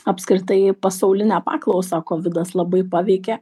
apskritai pasaulinę paklausą kovidas labai paveikė